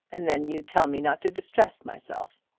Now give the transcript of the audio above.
and then you tell me not to distress myself!